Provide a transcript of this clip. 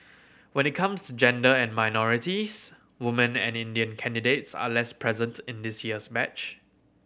when it comes to gender and minorities woman and Indian candidates are less present in this year's match